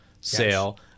sale